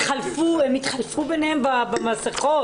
הם התחלפו ביניהם במסכות.